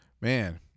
man